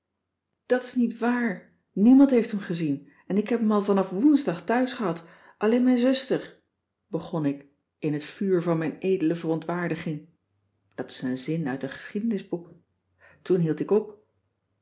dat is nietwaar niemand heeft hem gezien en ik heb hem al vanaf woensdag thuis gehad alleen mijn zuster begon ik in t vuur van mijn edele verontwaardiging dat is een zin uit een geschiedenisboek toen hield ik op